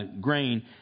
grain